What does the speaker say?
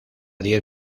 diez